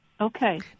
Okay